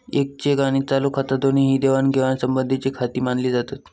येक चेक आणि चालू खाता दोन्ही ही देवाणघेवाण संबंधीचीखाती मानली जातत